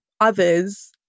others